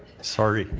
sorry.